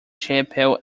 chapel